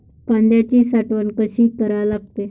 कांद्याची साठवन कसी करा लागते?